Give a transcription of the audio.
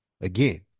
again